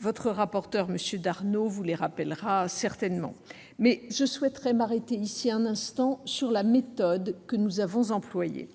votre rapporteur, M. Darnaud, vous les rappellera certainement. Je souhaiterais m'arrêter ici un instant sur la méthode que nous avons employée.